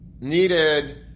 needed